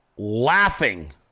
Laughing